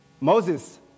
Moses